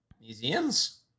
museums